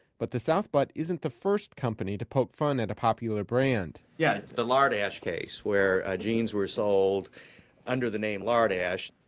but the south butt isn't the first company to poke fun at a popular brand yeah, the lardashe case, case, where jeans were sold under the name lardashe.